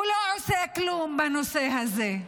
הוא לא עושה כלום בנושא הזה.